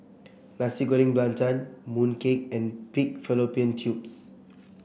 Nasi Goreng Belacan Mooncake and Pig Fallopian Tubes